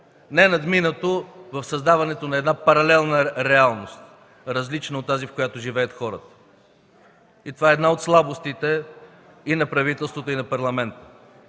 ненадминато в създаването на една паралелна реалност, различна от тази, в която живеят хората. Това е една от слабостите и на правителството, и на Парламента.